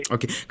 Okay